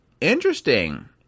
interesting